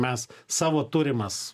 mes savo turimas